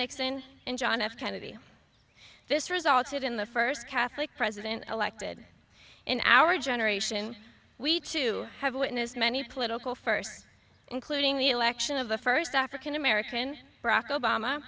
nixon and john f kennedy this resulted in the first catholic president elected in our generation we too have witnessed many political first including the election of the first african american